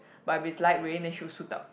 but if it's light rain then she will suit up